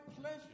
pleasure